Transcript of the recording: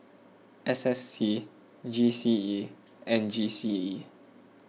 S S T G C E and G C E